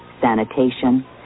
sanitation